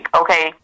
okay